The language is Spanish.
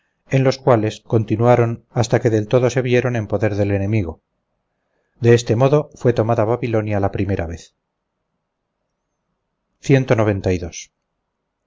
en los cuales continuaron hasta que del todo se vieron en poder del enemigo de este modo fue tomada babilonia la primera vez